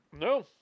No